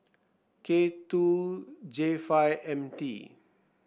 K two J five M T